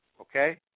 Okay